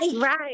Right